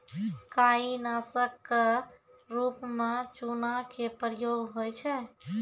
काई नासक क रूप म चूना के प्रयोग होय छै